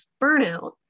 burnout